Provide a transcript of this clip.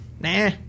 Nah